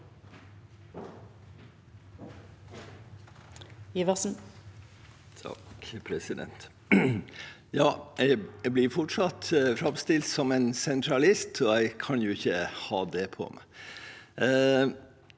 Jeg blir fort- satt framstilt som en sentralist, og det kan jeg jo ikke ha på meg.